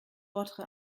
votre